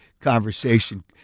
conversation